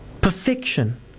perfection